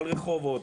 אבל רחובות,